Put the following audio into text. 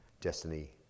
destiny